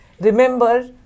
remember